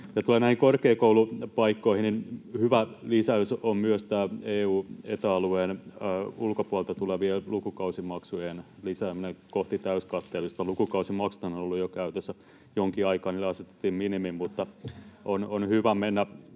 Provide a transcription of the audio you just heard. tulee näihin korkeakoulupaikkoihin, niin hyvä lisäys on myös tämä EU- ja Eta-alueen ulkopuolelta tulevien lukukausimaksujen lisääminen kohti täyskatteellista. Lukukausimaksuthan ovat olleet käytössä jo jonkin aikaa, niille asetettiin minimi, mutta on hyvä mennä